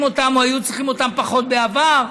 אותם או היו צריכים אותם פחות בעבר.